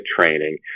training